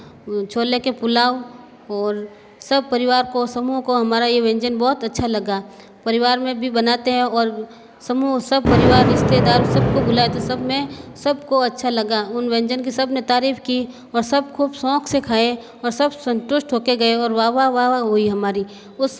छोले के पुलाव ओर सब परिवार को समूह को हमारा यह व्यंजन बहुत अच्छा लगा परिवार में भी बनाते हैं और समूह सब परिवार रिश्तेदार सबको बुलाया तो सब मैं सबको अच्छा लगा उन व्यंजन की सबने तारीफ़ की और सब खूब शौक से खाए और सब संतुष्ट होके गए और वाह वाह वाह वाह हुई हमारी उस